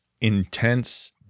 intense